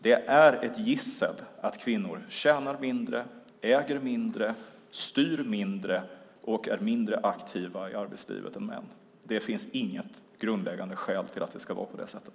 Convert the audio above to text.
Det är ett gissel att kvinnor tjänar mindre, äger mindre, styr mindre och är mindre aktiva i arbetslivet än män. Det finns inget grundläggande skäl till att det ska vara på det sättet.